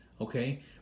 Okay